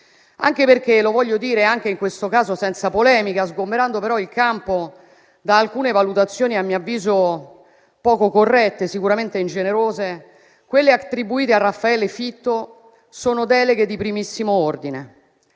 Vorrei peraltro dire, anche in questo caso senza polemica, sgomberando però il campo da alcune valutazioni a mio avviso poco corrette e sicuramente ingenerose, che quelle attribuite a Raffaele Fitto sono deleghe di primissimo ordine.